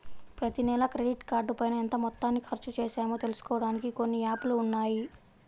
ప్రతినెలా క్రెడిట్ కార్డుపైన ఎంత మొత్తాన్ని ఖర్చుచేశామో తెలుసుకోడానికి కొన్ని యాప్ లు ఉన్నాయి